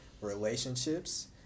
relationships